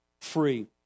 free